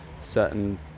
certain